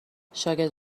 شاگرد